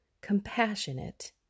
compassionate